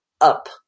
up